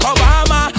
Obama